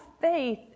faith